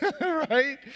right